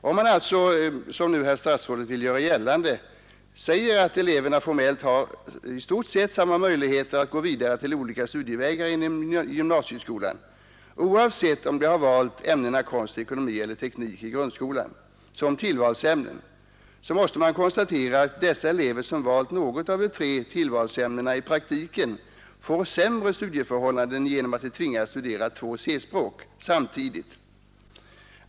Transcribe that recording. Om det är som herr statsrådet vill göra gällande att eleverna formellt har i stort sett samma möjligheter att gå vidare till olika studievägar inom gymnasieskolan oavsett om de har valt ämnena konst, ekonomi eller teknik i grundskolan som tillvalsämnen, så måste man konstatera att de elever som valt något av dessa tre tillvalsämnen i praktiken får sämre studieförhållanden genom att de tvingas studera två C-språk samtidigt.